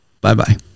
bye-bye